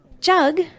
Jug